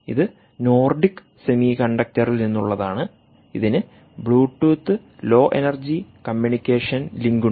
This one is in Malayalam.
ഇത് നോർഡിക് സെമികണ്ടക്റിൽ നിന്നുള്ളതാണ് ഇതിന് Bluetooth low energy communication link ഉണ്ട്